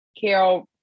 Carol